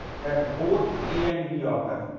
that both a and b ah occur.